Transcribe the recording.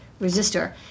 resistor